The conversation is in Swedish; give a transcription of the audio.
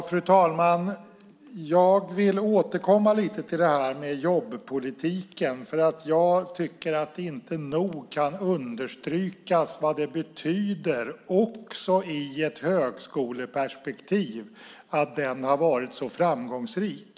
Fru talman! Jag vill återkomma till jobbpolitiken. Jag tycker att det inte nog kan understrykas vad det betyder också i ett högskoleperspektiv att den har varit så framgångsrik.